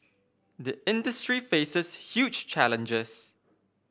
the industry faces huge challenges